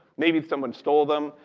maybe someone stole them.